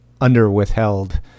underwithheld